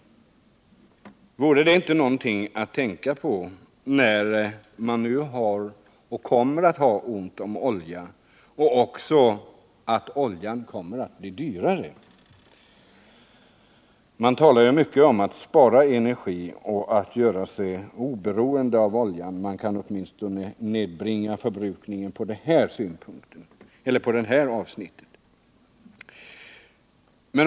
Vore det inte något att tänka på, när vi nu har och kommer att ha ont om olja och dessutom oljan kommer att bli dyrare? Det talas mycket om att vi skall spara energi och göra oss oberoende av oljan. På det här avsnittet kan alltså energiförbrukningen nedbringas.